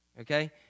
Okay